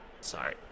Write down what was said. sorry